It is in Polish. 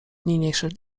niniejszej